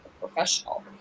professional